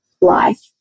life